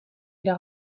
dira